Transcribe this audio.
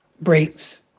breaks